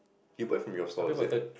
you buy from your store is it